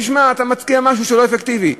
תשמע, אתה מציע משהו לא אפקטיבי.